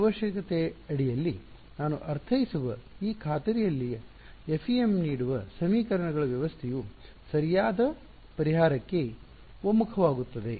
ಈ ಅವಶ್ಯಕತೆಯಡಿಯಲ್ಲಿ ನಾನು ಅರ್ಥೈಸುವ ಈ ಖಾತರಿಯಡಿಯಲ್ಲಿ FEM ನೀಡುವ ಸಮೀಕರಣಗಳ ವ್ಯವಸ್ಥೆಯು ಸರಿಯಾದ ಪರಿಹಾರಕ್ಕೆ ಒಮ್ಮುಖವಾಗುತ್ತದೆ